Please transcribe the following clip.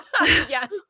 Yes